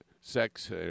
sex